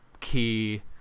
key